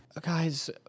Guys